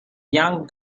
young